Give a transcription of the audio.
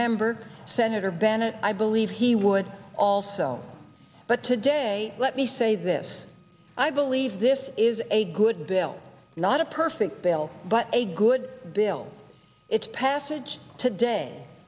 member senator bennett i believe he would also but today let me say this i believe this is a good bill not a perfect bill but a good bill its passage today